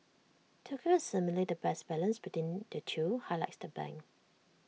Tokyo is seemingly the best balance between the two highlights the bank